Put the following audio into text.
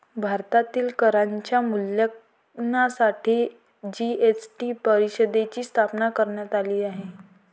भारतातील करांच्या मूल्यांकनासाठी जी.एस.टी परिषदेची स्थापना करण्यात आली आहे